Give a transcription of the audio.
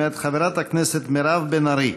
מאת חברת הכנסת מירב בן ארי.